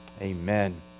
Amen